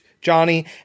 Johnny